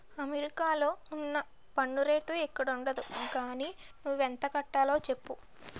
అమెరికాలో ఉన్న పన్ను రేటు ఇక్కడుండదు గానీ నువ్వెంత కట్టాలో చెప్పు